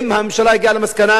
אם הממשלה הגיעה למסקנה